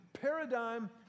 paradigm